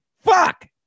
Fuck